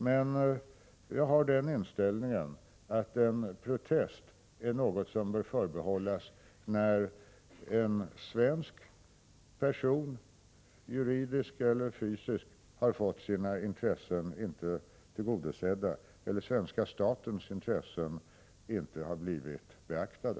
Men jag har den inställningen att en protest bör förbehållas situationer då en svensk person, juridisk eller fysisk, inte har fått sina intressen tillgodosedda eller då den svenska statens intressen inte har blivit beaktade.